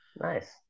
nice